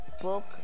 Book